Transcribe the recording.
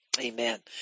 Amen